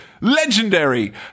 legendary